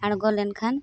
ᱟᱬᱜᱚ ᱞᱮᱱᱠᱷᱟᱱ